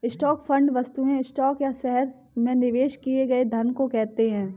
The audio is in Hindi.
स्टॉक फंड वस्तुतः स्टॉक या शहर में निवेश किए गए धन को कहते हैं